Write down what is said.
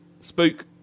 spook